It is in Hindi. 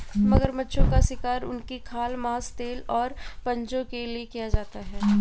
मगरमच्छों का शिकार उनकी खाल, मांस, तेल और पंजों के लिए किया जाता है